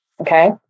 Okay